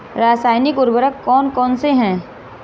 रासायनिक उर्वरक कौन कौनसे हैं?